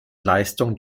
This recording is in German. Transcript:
leistungen